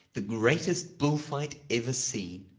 the greatest bullfight ever seen.